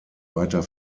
weiter